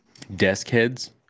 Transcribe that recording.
Deskheads